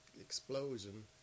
explosion